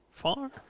far